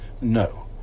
No